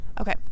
Okay